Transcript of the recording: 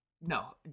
No